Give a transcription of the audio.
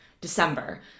december